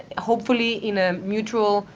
hopefully in a mutual,